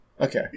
Okay